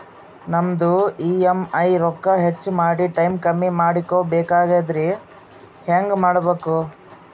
ನಮ್ಮ ಇ.ಎಂ.ಐ ರೊಕ್ಕ ಹೆಚ್ಚ ಮಾಡಿ ಟೈಮ್ ಕಮ್ಮಿ ಮಾಡಿಕೊ ಬೆಕಾಗ್ಯದ್ರಿ ಹೆಂಗ ಮಾಡಬೇಕು?